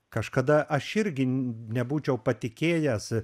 kažkada aš irgi nebūčiau patikėjęs